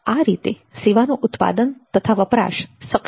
આ રીતે સેવાનું ઉત્પાદન તથા વપરાશ સક્ષમ બને છે